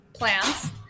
plans